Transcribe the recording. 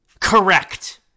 Correct